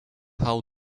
how